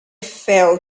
fell